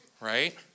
right